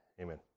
amen